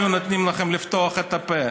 היו נותנים לכם לפתוח את הפה.